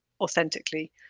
authentically